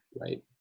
right